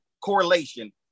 correlation